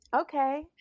Okay